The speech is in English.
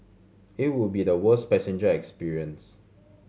it would be the worst passenger experience